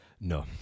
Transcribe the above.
no